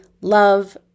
love